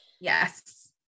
yes